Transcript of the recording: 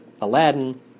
Aladdin